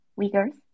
Uyghurs